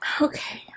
Okay